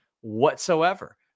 whatsoever